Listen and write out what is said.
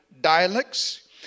dialects